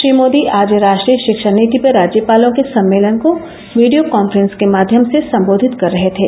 श्री मोदी आज राष्ट्रीय शिक्षा नीति पर राज्यपालों के सम्मेलन को वीडियो कांफ्रेंस के माध्यम से संबोधित कर रहे थे